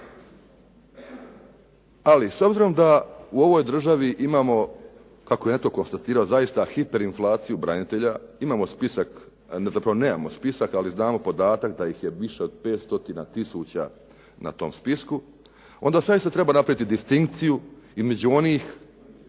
Ali, s obzirom da u ovoj državi imamo kako je netko konstatirao, zaista hiperinflaciju branitelja, imamo spisak, zapravo nemamo spisak, ali znamo podatak da ih je više od 500 tisuća na tom spisku. Onda zaista treba napraviti distinkciju i među onih